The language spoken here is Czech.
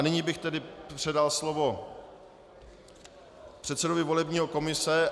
Nyní bych tedy předal slovo předsedovi volební komise.